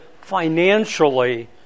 financially